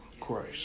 Christ